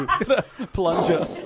Plunger